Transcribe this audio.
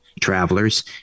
travelers